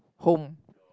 home